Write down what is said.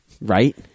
Right